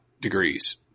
degrees